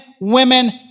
women